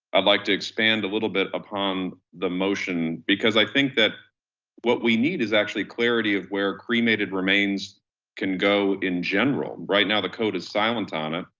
i'd like to expand a little bit upon the motion, because i think that what we need is actually clarity of where cremated remains can go in general. right now the code is silent on it.